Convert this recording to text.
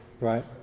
Right